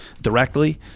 directly